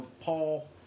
Paul